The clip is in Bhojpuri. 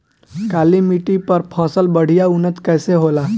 काली मिट्टी पर फसल बढ़िया उन्नत कैसे होला?